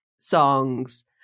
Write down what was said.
songs